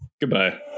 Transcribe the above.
Goodbye